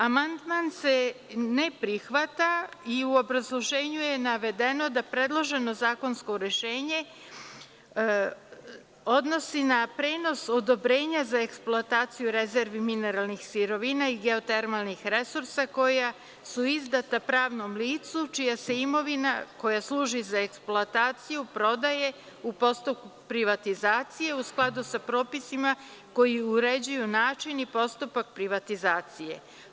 Amandman se ne prihvata i u obrazloženju je navedeno da predloženo zakonsko rešenje se odnosi na prenos odobrenja za eksploataciju rezervi mineralnih sirovina i geotermalnih resursa koja su izdata pravnom licu čija se imovina koja služi za eksploataciju prodaje u postupku privatizacije u skladu sa propisima koji uređuju način i postupak privatizacije.